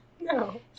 No